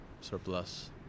surplus